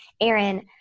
Aaron